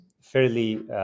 fairly